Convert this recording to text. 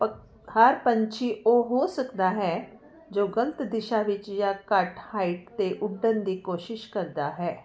ਪ ਹਰ ਪੰਛੀ ਉਹ ਹੋ ਸਕਦਾ ਹੈ ਜੋ ਗਲਤ ਦਿਸ਼ਾ ਵਿੱਚ ਜਾਂ ਘੱਟ ਹਾਈਟ 'ਤੇ ਉੱਡਣ ਦੀ ਕੋਸ਼ਿਸ਼ ਕਰਦਾ ਹੈ